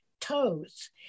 toes